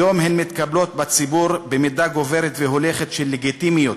היום הן מתקבלות בציבור במידה גוברת והולכת של לגיטימיות,